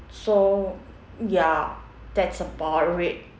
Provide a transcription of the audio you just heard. so ya that's about it